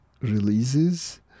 releases